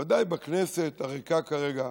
ודאי בכנסת הריקה כרגע.